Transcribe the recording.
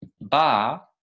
Bar